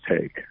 take